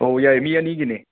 ꯑꯧ ꯌꯥꯏ ꯃꯤ ꯑꯅꯤꯒꯤꯅꯦ